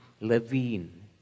Levine